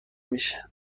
میشه